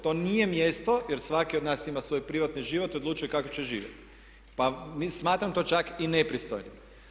To nije mjesto jer svaki od nas ima svoj privatni život i odlučuje kako će živjeti pa smatram to čak i nepristojnim.